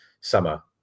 summer